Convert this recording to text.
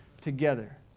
together